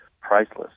priceless